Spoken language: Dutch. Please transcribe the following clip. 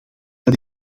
dat